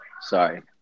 Sorry